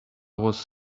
was